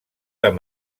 amb